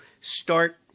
start